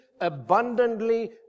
abundantly